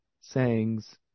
sayings